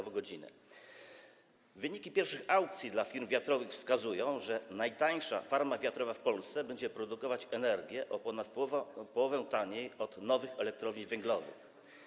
Wyniki pierwszych aukcji dla farm wiatrowych wskazują, że najtańsza farma wiatrowa w Polsce będzie produkować energię o ponad połowę taniej od nowych elektrowni węglowych.